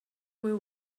will